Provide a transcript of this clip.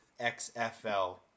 XFL